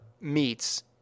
meets